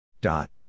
Dot